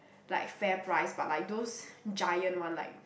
like FairPrice but like those giant one like